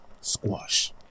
squash